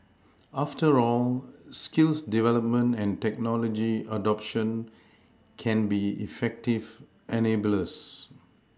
after all skills development and technology adoption can be effective enablers